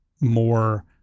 more